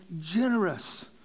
generous